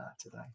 today